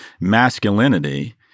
masculinity